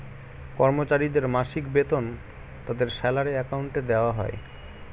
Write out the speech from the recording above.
কর্মচারীদের মাসিক বেতন তাদের স্যালারি অ্যাকাউন্টে দেওয়া হয়